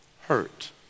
Hurt